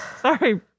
Sorry